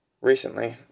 Recently